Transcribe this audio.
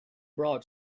brought